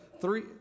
three